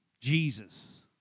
Jesus